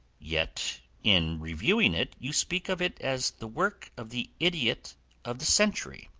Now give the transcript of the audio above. yet in reviewing it you speak of it as the work of the idiot of the century.